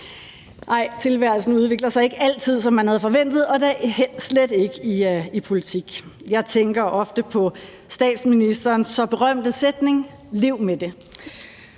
Tilværelsen udvikler sig ikke altid, som man havde forventet, og da slet ikke i politik. Jeg tænker ofte på statsministerens så berømte sætning »Lev med det«.